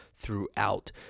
throughout